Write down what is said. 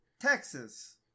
Texas